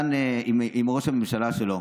ראש הממשלה שלו.